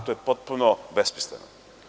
To je potpuno besmisleno.